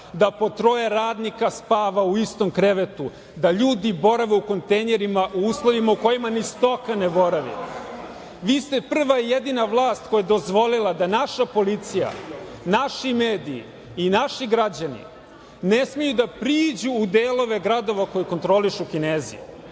da po troje radnika spava u istom krevetu, da ljudi borave u kontejnerima u uslovima u kojima ni stoka ne boravi. Vi ste prva i jedina vlast koja je dozvolila da naša policija, da naši mediji i naši građani ne smeju da priđu u delove gradova koje kontrolišu Kinezi.